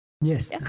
Yes